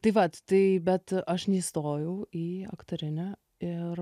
tai vat tai bet aš neįstojau į aktorinę ir